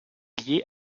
liée